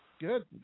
Good